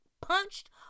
punched